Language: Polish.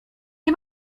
nie